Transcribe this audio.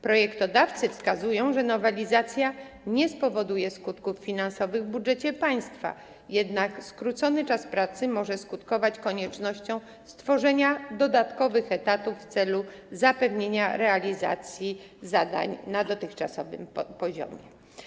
Projektodawcy wskazują, że nowelizacja nie spowoduje skutków finansowych w budżecie państwa, jednak skrócony czas pracy może skutkować koniecznością stworzenia dodatkowych etatów w celu zapewnienia realizacji zadań na dotychczasowym poziomie.